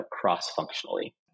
cross-functionally